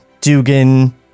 Dugan